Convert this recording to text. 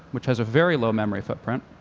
which has a very low memory footprint